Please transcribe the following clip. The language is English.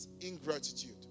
ingratitude